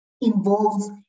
involves